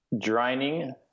Draining